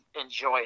enjoy